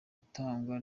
itangwa